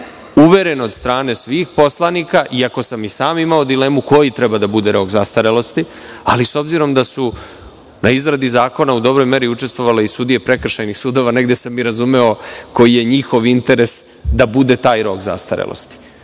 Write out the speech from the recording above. uveren od strane svih poslanika, iako sam i sam imao dilemu koji treba da bude rok zastarelosti, ali s obzirom da su na izradi zakona u dobroj meri učestvovale i sudije prekršajnih sudova, negde sam i razumeo koji je njihov interes da bude taj rok zastarelosti. Dakle,